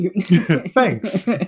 Thanks